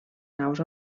naus